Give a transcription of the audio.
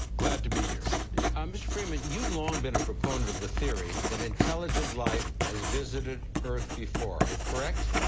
glad to be here, sandy. um mr. freeman, you've long been a proponent of the theory that intelligent life has visited earth before, correct?